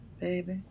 Baby